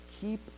keep